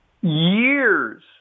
years